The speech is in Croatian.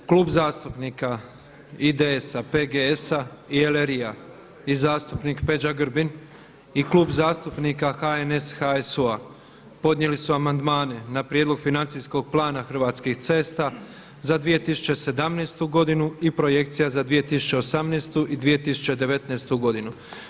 Drugo, Kluba zastupnika IDS-a, PGS-a i LRI-a i zastupnik Peđa Grbin i Klub zastupnika HNS, HSU podnijeli su amandmane na prijedlog financijskog plana Hrvatskih cesta za 2017. godinu i projekcija za 2018. i 2019. godinu.